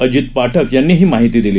अजित पाठक यांनी ही माहिती दिली